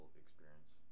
experience